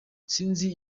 sinzi